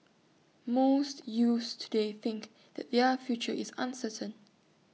most youths today think that their future is uncertain